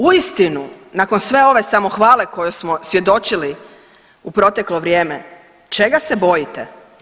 Uistinu, nakon sve ove samohvale kojoj smo svjedočili u proteklo vrijeme, čega se bojite?